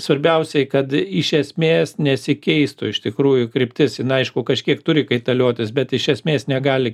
svarbiausiai kad iš esmės nesikeistų iš tikrųjų kryptis jinai aišku kažkiek turi kaitaliotis bet iš esmės negali